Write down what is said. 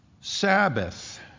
Sabbath